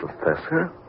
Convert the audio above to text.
Professor